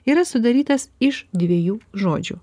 yra sudarytas iš dviejų žodžių